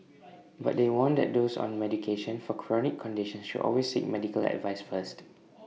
but they warn that those on medication for chronic conditions should always seek medical advice first